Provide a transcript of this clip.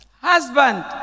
husband